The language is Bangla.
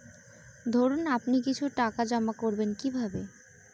ধরুন আপনি কিছু টাকা জমা করবেন কিভাবে?